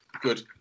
Good